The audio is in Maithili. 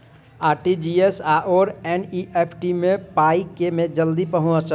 आर.टी.जी.एस आओर एन.ई.एफ.टी मे पाई केँ मे जल्दी पहुँचत?